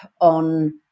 on